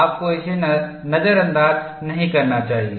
आपको इसे नजरअंदाज नहीं करना चाहिए